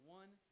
one